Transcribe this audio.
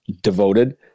devoted